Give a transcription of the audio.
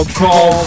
call